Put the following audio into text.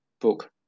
book